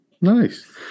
Nice